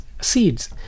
seeds